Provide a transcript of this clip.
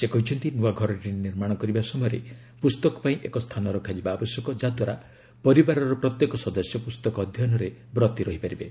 ସେ କହିଛନ୍ତି ନୂଆ ଘରଟିଏ ନିର୍ମାଣ କରିବା ସମୟରେ ପୁସ୍ତକ ପାଇଁ ଏକ ସ୍ଥାନ ରଖାଯିବା ଆବଶ୍ୟକ ଯାଦ୍ୱାରା ପରିବାରର ପ୍ରତ୍ୟେକ ସଦସ୍ୟ ପୁସ୍ତକ ଅଧ୍ୟୟନରେ ବ୍ରତୀ ରହିପାରିବେ